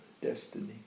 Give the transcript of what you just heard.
destiny